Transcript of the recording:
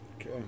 Okay